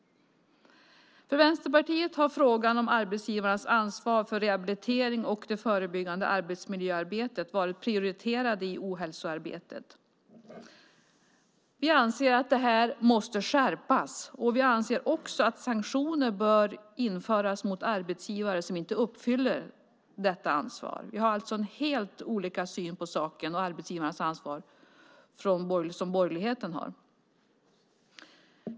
För Vänsterpartiet har frågan om arbetsgivarnas ansvar för rehabilitering och det förebyggande arbetsmiljöarbetet varit prioriterad i ohälsoarbetet. Vi anser att detta måste skärpas, och vi anser också att sanktioner bör införas mot arbetsgivare som inte uppfyller detta ansvar. Vi har alltså en helt annan syn på arbetsgivarens ansvar än borgerligheten har.